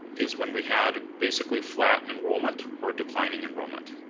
is when we had basically flat enrollment or declining enrollment.